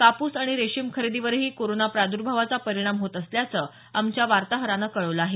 कापूस आणि रेशीम खरेदीवरही कोरोना प्रादर्भावाचा परिणाम होत असल्याचं आमच्या वार्ताहरानं कळवलं आहे